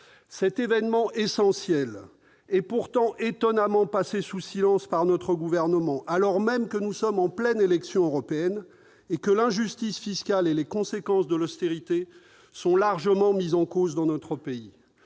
Cet événement essentiel est pourtant étonnamment passé sous silence par notre gouvernement, alors même que nous sommes en pleines élections européennes et que l'injustice fiscale et les conséquences de l'austérité sont largement mises en cause dans notre pays.